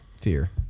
fear